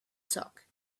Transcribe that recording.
talk